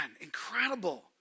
incredible